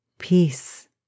Peace